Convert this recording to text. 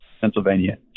Pennsylvania